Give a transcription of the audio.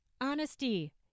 honesty